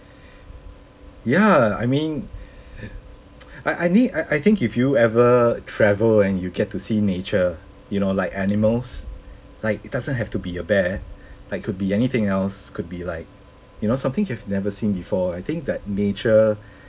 ya I mean I I mean I I think if you ever travel and you get to see nature you know like animals like it doesn't have to be a bear like could be anything else could be like you know something you've never seen before I think that nature